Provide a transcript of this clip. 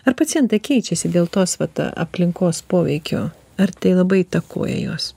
ar pacientai keičiasi dėl tos vat aplinkos poveikio ar tai labai įtakoja juos